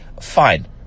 fine